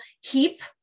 Heap